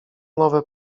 nowe